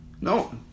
No